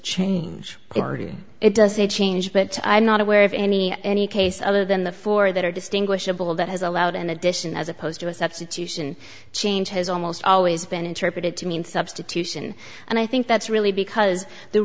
change if it doesn't change but i'm not aware of any any case other than the four that are distinguishable that has allowed an addition as opposed to a substitution change has almost always been interpreted to mean substitution and i think that's really because the